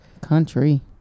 country